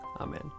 Amen